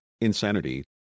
insanity